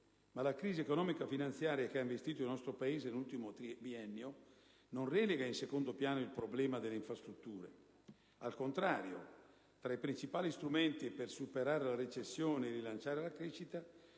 ma la crisi economico‑finanziaria che l'ha investita nell'ultimo biennio non relega in secondo piano il problema delle infrastrutture. Al contrario, tra i principali strumenti per superare la recessione e rilanciare la crescita